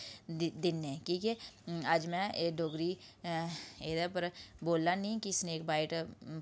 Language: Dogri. दिन्ने कि के अज्ज में एह् डोगरी एह्दे पर बोल्ला नी कि सनेक बाइट